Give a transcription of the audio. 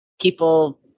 people